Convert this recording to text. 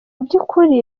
by’ukuri